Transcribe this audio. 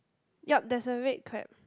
yup there's a red crab